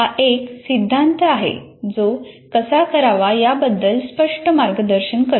हा एक सिद्धांत आहे जो कसा करावा याबद्दल स्पष्ट मार्गदर्शन करतो